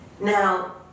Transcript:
Now